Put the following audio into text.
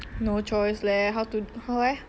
no choice leh how to how eh